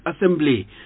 Assembly